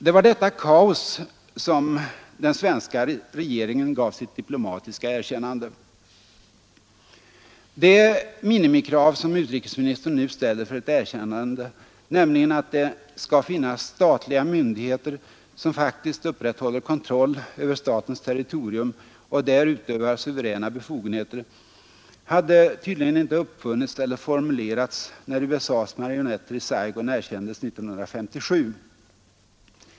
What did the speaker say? Det var detta kaos som den svenska regeringen gav sitt diplomatiska erkännande. Det minimikrav som utrikesministern nu ställer för ett erkännande, nämligen att ”det skall finnas statliga myndigheter som faktiskt upprätthåller kontroll över statens territorium och där utövar suveräna befogenheter”, hade tydligen inte uppfunnits eller formulerats när USA:s marionetter i Saigon erkändes 1957.